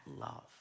love